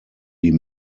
die